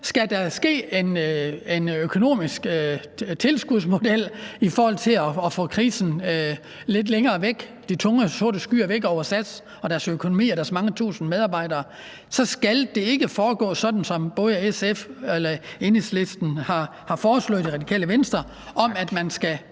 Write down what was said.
etableres en økonomisk tilskudsmodel i forhold til at få krisen lidt længere væk, fjerne de tunge og sorte skyer over SAS, deres økonomi og mange tusinde medarbejdere, skal det ikke foregå, sådan som både Enhedslisten og Det Radikale